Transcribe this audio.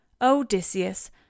Odysseus